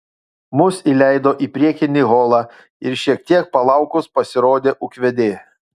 mus įleido į priekinį holą ir šiek tiek palaukus pasirodė ūkvedė